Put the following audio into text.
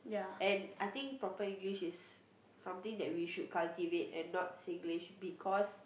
and I think proper English is something that we should cultivate and not Singlish because